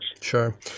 Sure